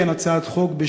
כן הצעת חוק,